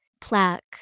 plaque